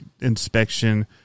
inspection